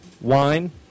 wine